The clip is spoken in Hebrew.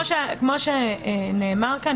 כמו שנאמר כאן,